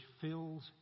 fills